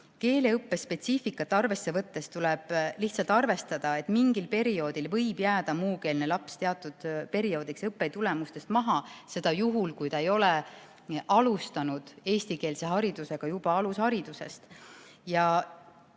Keeleõppe spetsiifikat arvesse võttes tuleb lihtsalt arvestada, et mingil perioodil võib muukeelne laps jääda teatud perioodiks õppetulemustes maha. Seda juhul, kui ta ei ole alustanud eestikeelse õppega juba alushariduses.